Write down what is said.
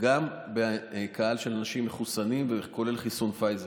גם קהל של אנשים מחוסנים, כולל בחיסון פייזר.